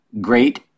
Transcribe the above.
great